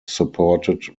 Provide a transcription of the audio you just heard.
supported